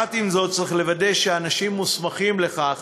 ועם זאת צריך לוודא שאנשים מוסמכים לכך